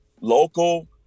local